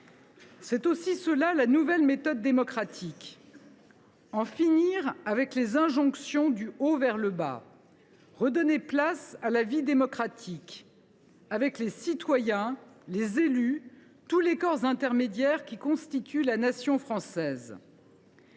C’est aussi cela la nouvelle méthode démocratique : en finir avec les injonctions du haut vers le bas, et redonner place à la vie démocratique, avec les citoyens, les élus et tous les corps intermédiaires qui constituent la nation française.